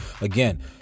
again